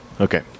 Okay